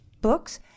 books